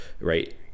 right